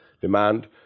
demand